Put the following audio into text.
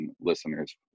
listeners